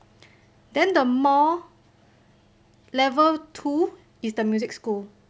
then the mall level two is the music school